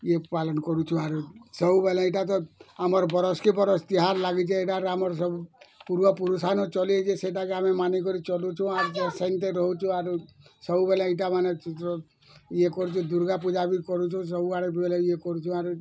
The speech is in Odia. ଏ ପାଲନ୍ କରୁଛୁଁ ଆରୁ ସବୁବେଲେ ଏଇଟା ତ ଆମର୍ ବରଷକେ ବରଷ୍ ତିହାର୍ ଲାଗିଛି ଏଇଟାର୍ ଆମର୍ ସବୁ ପୂର୍ବପୁରୁଷାନୁ ଚଲିଅଛି ସେଇଟାକେ ଆମେ ମାନିକରି ଚଲୁଛୁଁ ଆରୁ ସେନ୍ତି ରହୁଛୁ ଆରୁ ସବୁବେଳେ ଏଇଟାମାନେ ଇଏ କରୁଛୁଁ ଦୁର୍ଗା ପୂଜା ବି କରୁଛୁଁ ସବୁଆଡ଼େ ଡ଼ୁଏଲାକି କରୁଛୁଁ ଆରୁ